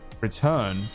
return